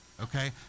okay